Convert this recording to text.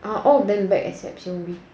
are all of them back except joey